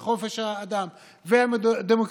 את חופש האדם ואת הדמוקרטיה.